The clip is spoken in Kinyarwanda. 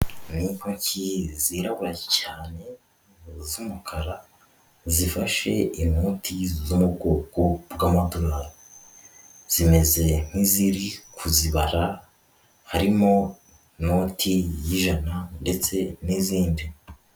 Ni intoki zirabura cyane z'umukara, zifashe inoti zo mu bwoko bw'amadorari, zimeze nk'iziri kuzibara, harimo inoti y'ijana ndetse n'izindi.